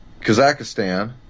Kazakhstan